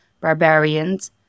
barbarians